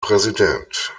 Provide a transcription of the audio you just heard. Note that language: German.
präsident